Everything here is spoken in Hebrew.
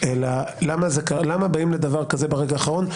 אלא למה באים לדבר כזה ברגע האחרון,